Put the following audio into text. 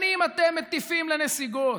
שנים אתם מטיפים לנסיגות,